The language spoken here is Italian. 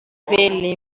capelli